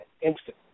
instant